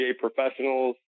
professionals